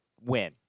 win